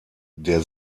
der